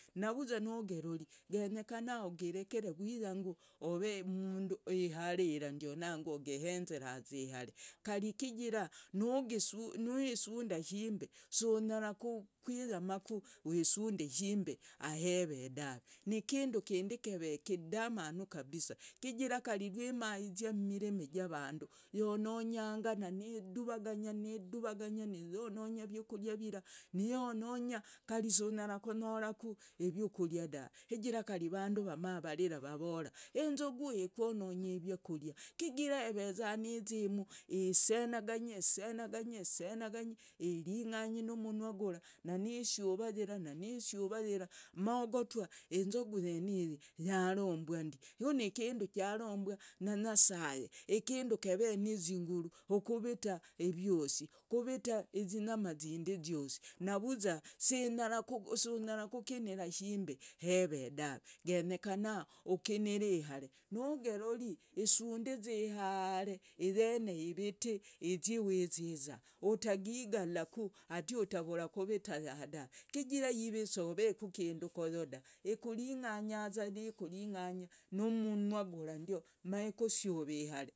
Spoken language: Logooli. Navuza nogerori genyekana ogerekere vwiyangu, ove mundu iharira ndionangwa ogehenzeraza ihare kari kijira nuwisunda ashimbi sunyara kwiyamaku wisundi shimbi aheve daave, nikindu kindi keve kidamanu kabisa chigira kari rwimayiza mmirimi javandu yononyanga na niduvaganya niyononya viukuria vira, niyononya kari sunyara konyoraku ivyukuria da, chigira kari avandu vamavarira vavora enzogu ikwononyere ivyakuria chigira eveza nizyimu isienaganye esenaganye esenaganye iring'anye numunywa gura na nishuva yira, na nishuva yira, ma ogotwa enzogu yeniyi yarombwandi ku nikindu charombwa na nyasaye, ikindu keve nizinguru kuvita vyosi, kuvita izinyama zindi zyosi, navuza sunyara kukinira shimbi heve dave, genyekana ukiniri uhare nogerori isundi ihare iyene iviti izyi wiziza, utigalaku ati itavura kuvita yaha daave, chigira yivi syoveku kindu koyo dave, ikuring'anyaza nikuring'anya numnywa gurandi maikusyuva ihare.